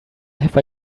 have